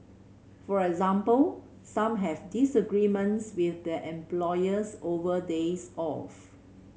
for example some have disagreements with their employers over days off